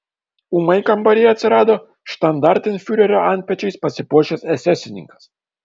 ūmai kambaryje atsirado štandartenfiurerio antpečiais pasipuošęs esesininkas